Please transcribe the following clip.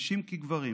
נשים כגברים,